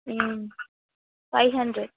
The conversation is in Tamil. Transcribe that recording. ம் ஃபைவ் ஹண்ட்ரட்